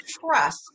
trust